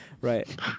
Right